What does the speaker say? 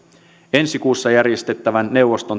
ensi kuussa järjestettävän neuvoston